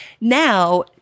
Now